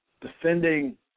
defending